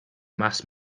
mass